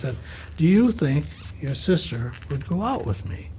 said do you think your sister would go out with me